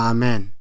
Amen